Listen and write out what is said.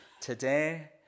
today